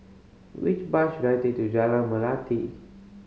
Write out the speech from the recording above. which bus should I take to Jalan Melati